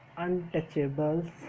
untouchables